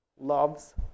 Love's